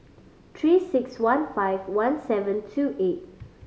Three Six One five one seven two eight